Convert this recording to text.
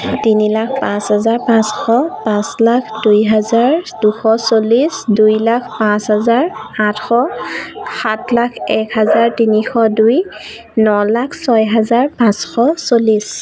তিনি লাখ পাঁচ হাজাৰ পাঁচশ পাঁচ লাখ দুই হাজাৰ দুশ চল্লিছ দুই লাখ পাঁচ হাজাৰ আঠশ সাত লাখ এক হাজাৰ তিনিশ দুই ন লাখ ছয় হাজাৰ পাঁচশ চল্লিছ